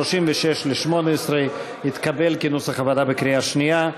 סעיף 36 לשנת 2018 התקבל כנוסח הוועדה בקריאה שנייה.